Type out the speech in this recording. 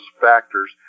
factors